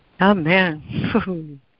Amen